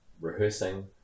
rehearsing